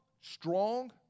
strong